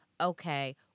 okay